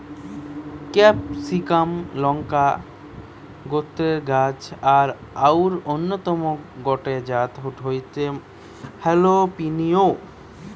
ক্যাপসিমাক লংকা গোত্রের গাছ আর অউর অন্যতম গটে জাত হয়ঠে হালাপিনিও